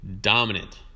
dominant